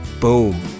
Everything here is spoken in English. boom